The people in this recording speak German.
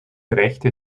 rechte